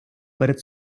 перед